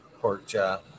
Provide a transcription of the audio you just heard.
Porkchop